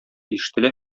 ишетелә